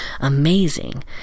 amazing